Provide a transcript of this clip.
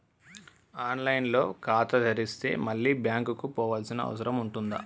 On line లో ఖాతా తెరిస్తే మళ్ళీ బ్యాంకుకు పోవాల్సిన అవసరం ఉంటుందా?